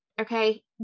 okay